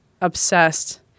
obsessed